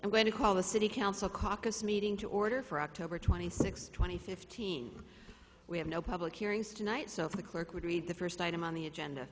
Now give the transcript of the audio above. when to call the city council caucus meeting to order for october twenty sixth twenty fifteen we have no public hearings tonight so if the clerk would read the first item on the agenda